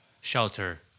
Shelter